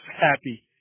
happy